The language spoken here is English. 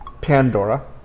Pandora